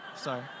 Sorry